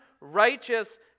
righteous